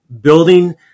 building